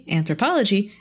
anthropology